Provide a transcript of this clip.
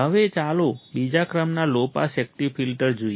હવે ચાલો બીજા ક્રમના લો પાસ એકટીવ ફિલ્ટર જોઈએ